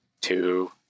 Two